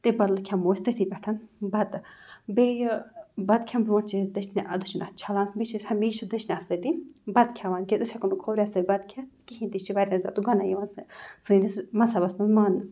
تمہِ بدلہٕ کھٮ۪مو أسۍ تٔتھی پٮ۪ٹھ بَتہٕ بیٚیہِ بَتہٕ کھٮ۪نہٕ برونٛٹھ چھِ أسۍ دٔچھنہِ دٔچھُن اَتھٕ چھَلان بیٚیہِ چھِ أسۍ ہمیشہِ دٔچھنہِ اَتھٕ سۭتی بَتہٕ کھٮ۪وان کیٛازِ أسۍ ہٮ۪کو نہٕ کھوورِ اَتھٕ سۭتۍ بَتہٕ کھٮ۪تھ کِہیٖنۍ تہِ یہِ چھِ واریاہ زیادٕ گۄناہ یِوان سٲنِس مذہَبَس منٛز ماننہٕ